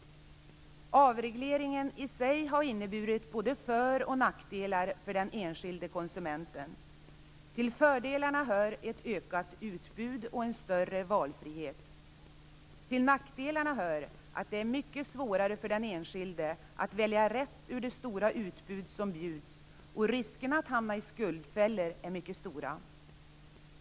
Avregleringen i sig har inneburit både för och nackdelar för den enskilde konsumenten. Till fördelarna hör ett ökat utbud och en större valfrihet. Till nackdelarna hör att det är mycket svårare för den enskilde att välja rätt ur det stora utbud som bjuds, och riskerna att hamna i skuldfällor är mycket stora.